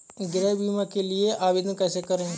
गृह बीमा के लिए आवेदन कैसे करें?